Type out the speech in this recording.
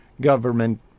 government